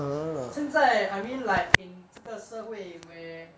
现在 I mean like in 这个社会 where